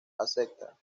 acepta